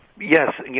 Yes